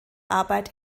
arbeit